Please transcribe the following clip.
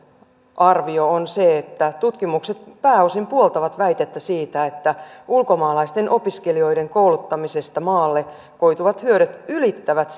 arvio on se että tutkimukset pääosin puoltavat väitettä siitä että ulkomaalaisten opiskelijoiden kouluttamisesta maalle koituvat hyödyt ylittävät